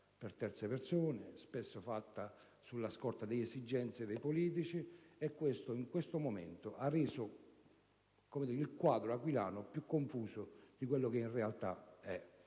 per terze persone, spesso fatta sulla scorta di esigenze dei politici, e tutto ciò ha reso il quadro aquilano più confuso di quello che in realtà è.